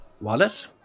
Wallet